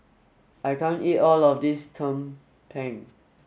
I can't eat all of this Tumpeng